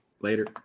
later